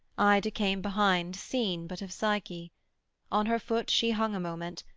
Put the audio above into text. ida came behind seen but of psyche on her foot she hung a moment,